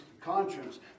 conscience